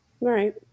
Right